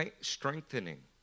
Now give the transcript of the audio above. strengthening